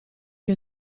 che